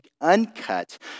uncut